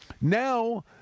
Now